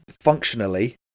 functionally